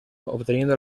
obteniendo